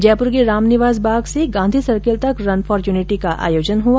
जयपुर के रामनिवास बाग से गांधी सर्किल तक रन फोर यूनिटी का आयोजन किया गया